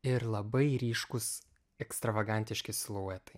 ir labai ryškūs ekstravagantiški siluetai